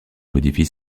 modifie